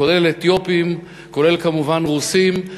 כולל אתיופים, כולל כמובן רוסים.